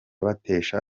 batesha